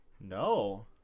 no